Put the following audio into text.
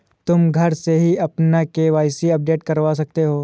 तुम घर से ही अपना के.वाई.सी अपडेट करवा सकते हो